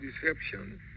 deception